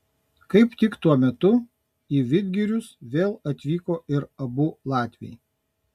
kaip tik tuo metu į vidgirius vėl atvyko ir abu latviai